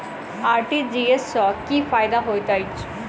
RTGS सँ की फायदा होइत अछि?